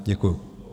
Děkuju.